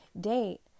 date